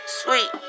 sweet